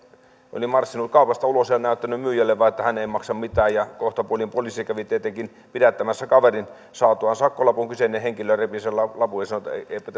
marssinut kaupasta ulos ja näyttänyt myyjälle vain että hän ei maksa mitään ja kohtapuoliin poliisi oli käynyt tietenkin pidättämässä kaverin saatuaan sakkolapun kyseinen henkilö oli repinyt sen lapun ja sanonut että eipä